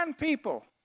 people